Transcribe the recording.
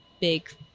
big